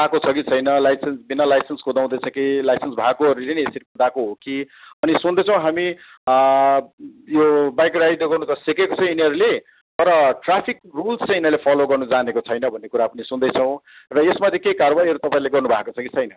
पाएको छ कि छैन लाइसेन्स बिना लाइसेन्स कुदाउँदै छ कि लाइसेन्स भएकोहरूले नै यसरी कुदाएको हो कि अनि सुन्दैछौँ हामी यो बाइक राइड गर्नु त सिकेको छ यिनीहरूले तर ट्राफिक रुल्स चाहिँ यिनीहरूले फलो गर्नु जानेको छैन भन्ने कुरा पनि सुन्दैछौँ र यसमाथि केही कारवाहीहरू तपाईँले गुर्नु भएको छ कि छैन